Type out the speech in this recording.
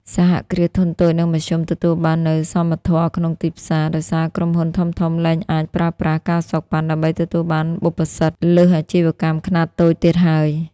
សហគ្រាសធុនតូច និងមធ្យម ទទួលបាននូវ "សមធម៌ក្នុងទីផ្សារ" ដោយសារក្រុមហ៊ុនធំៗលែងអាចប្រើប្រាស់ ការសូកប៉ាន់ ដើម្បីទទួលបានបុព្វសិទ្ធិលើសអាជីវកម្មខ្នាតតូចទៀតហើយ។